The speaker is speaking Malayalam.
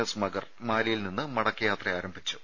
എസ് മഗർ മാലിയിൽ നിന്ന് മടക്കയാത്ര ആരംഭിച്ചു